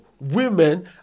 Women